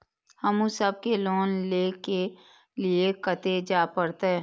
हमू सब के लोन ले के लीऐ कते जा परतें?